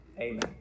Amen